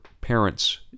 parents